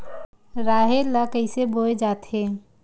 राहेर ल कइसे बोय जाथे?